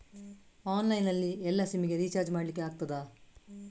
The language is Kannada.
ಆನ್ಲೈನ್ ನಲ್ಲಿ ಎಲ್ಲಾ ಸಿಮ್ ಗೆ ರಿಚಾರ್ಜ್ ಮಾಡಲಿಕ್ಕೆ ಆಗ್ತದಾ?